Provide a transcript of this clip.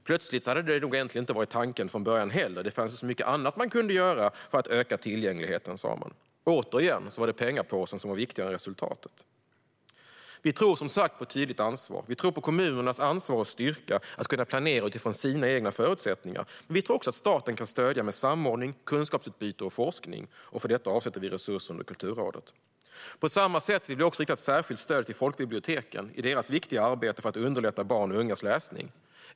Plötsligt hade det nog egentligen inte varit tanken från början heller - det fanns ju så mycket annat man kunde göra för att öka tillgängligheten, sa man. Återigen var pengapåsen viktigare än resultatet. Vi tror som sagt på ett tydligt ansvar. Vi tror på kommunernas ansvar och styrka att planera utifrån sina egna förutsättningar, men vi tror också att staten kan stödja med samordning, kunskapsutbyte och forskning. För detta avsätter vi resurser under Kulturrådet. På samma sätt vill vi rikta ett särskilt stöd till folkbiblioteken i deras viktiga arbete för att underlätta barns och ungas läsning.